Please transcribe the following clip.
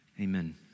amen